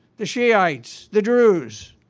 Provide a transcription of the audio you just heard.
the shi'ites, the druze?